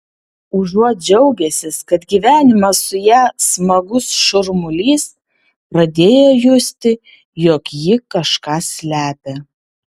užuot džiaugęsis kad gyvenimas su ja smagus šurmulys pradėjo justi jog ji kažką slepia